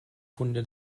funde